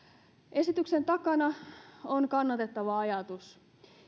esityksen takana on kannatettava ajatus